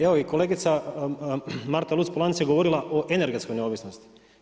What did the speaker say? Evo i kolegica Marta Luc-Polanc je govorila o energetskoj neovisnosti.